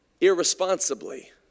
irresponsibly